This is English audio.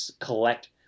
collect